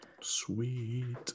Sweet